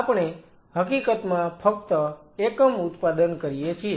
આપણે હકીકતમાં ફક્ત એકમ ઉત્પાદન કરીએ છીએ